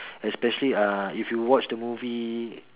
especially uh if you watch the movie